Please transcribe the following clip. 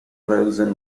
revson